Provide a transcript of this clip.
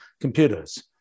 computers